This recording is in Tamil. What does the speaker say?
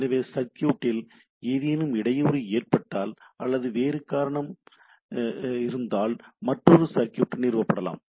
எனவே சர்க்யூட்டில் ஏதேனும் இடையூறு ஏற்பட்டால் அல்லது வேறு ஏதேனும் காரணம் இருந்தால் மற்றொரு சர்க்யூட் நிறுவப்படலாம்